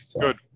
Good